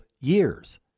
years